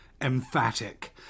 emphatic